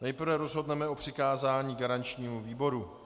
Nejprve rozhodneme o přikázání garančnímu výboru.